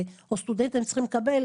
או סטודנטים צריכים לקבל,